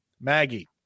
maggie